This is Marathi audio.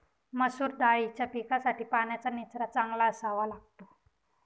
मसूर दाळीच्या पिकासाठी पाण्याचा निचरा चांगला असावा लागतो